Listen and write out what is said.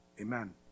amen